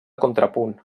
contrapunt